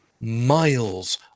miles